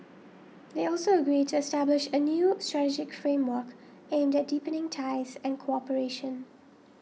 they also agreed to establish a new strategic framework aimed at deepening ties and cooperation